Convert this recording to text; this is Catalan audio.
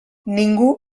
ningú